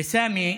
לסמי,